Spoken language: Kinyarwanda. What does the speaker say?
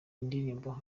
indirimbo